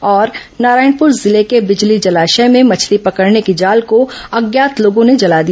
नारायणपुर जिले के बिजली जलाशय में मछली पकड़ने की जाल को अज्ञात लोगों ने जला दिया